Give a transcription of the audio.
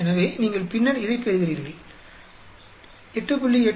எனவே நீங்கள் பின்னர் இதைப் பெறுகிறீர்கள் 8